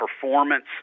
performance